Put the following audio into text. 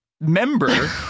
member